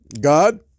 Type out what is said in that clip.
God